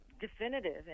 definitive